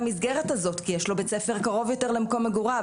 למסגרת הזאת כי יש לו בית ספר יותר קרוב למקום מגוריו,